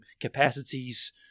capacities